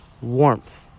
Warmth